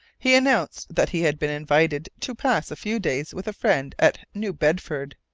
he announced that he had been invited to pass a few days with a friend at new bedford,